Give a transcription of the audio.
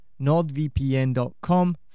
nordvpn.com